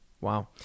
Wow